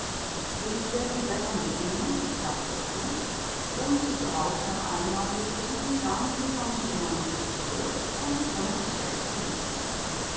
ich werde die blätter mitnehmen sagt der doktor und sie zu haus noch einmal lesen dann bekommen sie ihr manuskript zurück und können es selbst vernichten